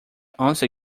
once